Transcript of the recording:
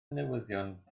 newyddion